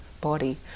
body